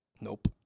Nope